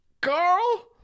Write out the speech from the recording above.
Carl